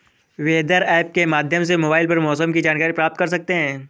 weather app के माध्यम से मोबाइल पर मौसम की जानकारी प्राप्त कर सकते हैं